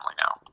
now